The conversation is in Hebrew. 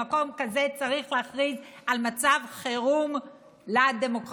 במקום כזה צריך להכריז על מצב חירום לדמוקרטיה.